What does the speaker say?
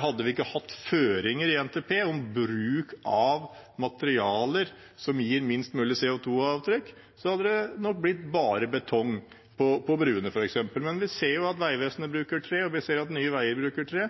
Hadde vi ikke hatt føringer i NTP om bruk av materialer som gir minst mulig CO2-avtrykk, hadde det nok blitt bare betong på bruene, f.eks. Men vi ser at Vegvesenet bruker tre, og vi ser at Nye Veier bruker tre,